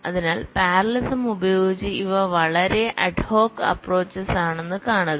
അതിനാൽ പാരല്ലെലിസം ഉപയോഗിച്ച് ഇവ വളരെ അഡ്ഹോക് അപ്പ്രോച്ച്സ് ആണെന്ന് കാണുക